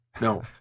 No